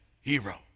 hero